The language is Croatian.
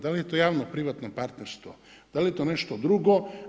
Da li je to javno, privatno partnerstvo, da li je to nešto drugo.